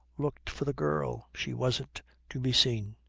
looked for the girl. she wasn't to be seen.